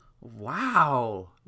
Wow